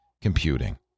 computing